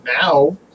now